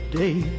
day